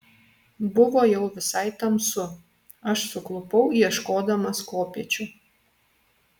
buvo jau visai tamsu aš suklupau ieškodamas kopėčių